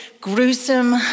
gruesome